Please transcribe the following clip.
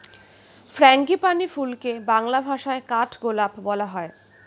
frangipani ফুলকে বাংলা ভাষায় কাঠগোলাপ বলা হয়